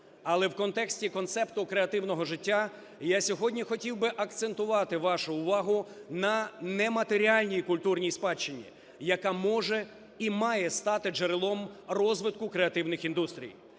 Але в контексті концепту креативного життя я сьогодні хотів би акцентувати вашу увагу на нематеріальній культурній спадщині, яка може і має стати джерелом розвитку креативних індустрій.